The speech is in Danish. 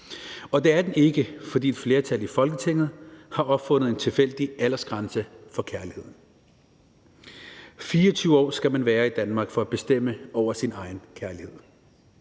og det er den ikke, fordi et flertal i Folketinget har opfundet en tilfældig aldersgrænse for kærligheden. 24 år skal man være i Danmark for at bestemme over sin egen kærlighed.